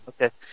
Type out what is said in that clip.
Okay